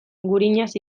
gurinaz